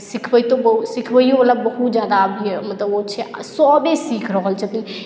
सिखबैतो सीखबैओवला बहुत ज्यादा आब छै मतलब ओ छै सभे सीखि रहल छथिन